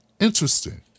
Interesting